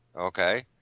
Okay